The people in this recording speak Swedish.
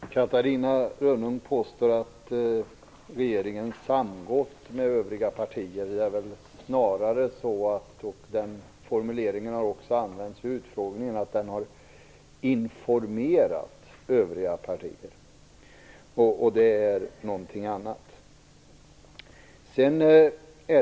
Fru talman! Catarina Rönnung påstår att regeringen samrått med övriga partier. Det är väl snarare så att den har informerat övriga partier - den formuleringen har också använts vid utfrågningen. Det är någonting annat.